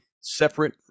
separate